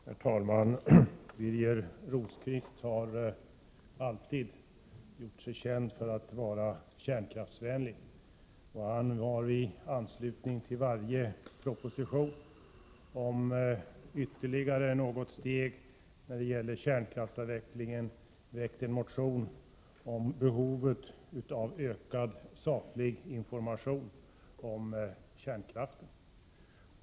Herr talman! Birger Rosqvist har alltid gjort sig känd för att vara kärnkraftsvänlig, och han har i anslutning till varje proposition om ytterligare något steg när det gäller kärnkraftsavvecklingen väckt en motion om behovet av ökad saklig information om kärnkraften.